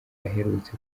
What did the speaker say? aherutse